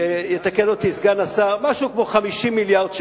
יתקן אותי סגן השר, משהו כמו 50 מיליארד שקל.